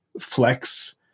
flex